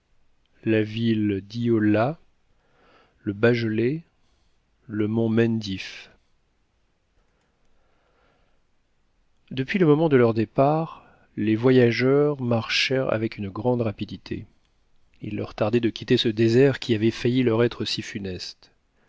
la ville d'yola le bagélé le mont mendif depuis le moment de leur départ les voyageurs marchèrent avec une grande rapidité il leur tardait de quitter ce désert qui avait failli leur être si funeste